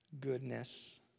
goodness